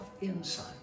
insight